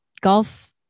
golf